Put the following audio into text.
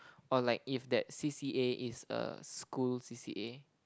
or like if that C_C_A is a school C_C_A